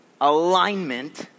Alignment